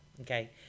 okay